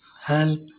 help